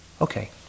Okay